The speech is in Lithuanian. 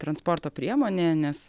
transporto priemonė nes